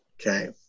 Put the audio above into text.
Okay